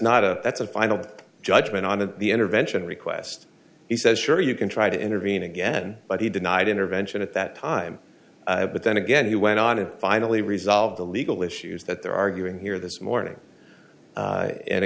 not a that's a final judgment on the intervention request he says sure you can try to intervene again but he denied intervention at that time but then again he went on to finally resolve the legal issues that they're arguing here this morning